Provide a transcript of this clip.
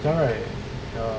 ya right ya